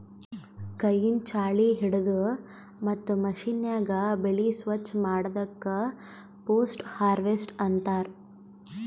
ಕೈಯಿಂದ್ ಛಾಳಿ ಹಿಡದು ಮತ್ತ್ ಮಷೀನ್ಯಾಗ ಬೆಳಿ ಸ್ವಚ್ ಮಾಡದಕ್ ಪೋಸ್ಟ್ ಹಾರ್ವೆಸ್ಟ್ ಅಂತಾರ್